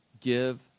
Give